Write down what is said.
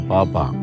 Papa